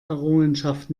errungenschaft